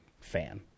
fan